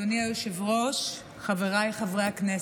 אדוני היושב-ראש, חבריי חברי הכנסת,